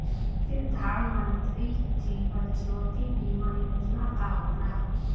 प्रधानमंत्री जीवन ज्योति बीमा योजना का होला?